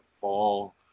fall